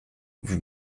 vous